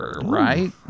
right